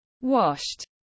Washed